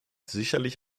sicherlich